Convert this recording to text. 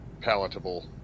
palatable